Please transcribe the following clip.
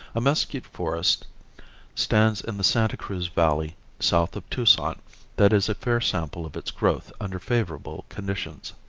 a mesquite forest stands in the santa cruz valley south of tucson that is a fair sample of its growth under favorable conditions.